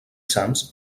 sans